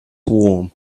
warm